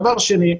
דבר שני,